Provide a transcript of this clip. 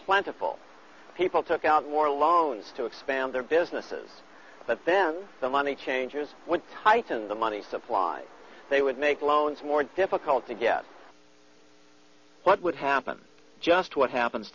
plentiful people took out more loans to expand their businesses but then the money changers went heighten the money supply they would make loans more difficult to guess what would happen just what happens